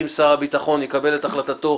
אם שר הביטחון יקבל את החלטתו,